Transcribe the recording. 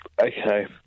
Okay